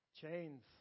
Chains